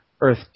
Earth